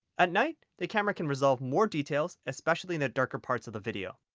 at night the camera can resolve more details, especially in the darker parts of the video.